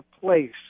place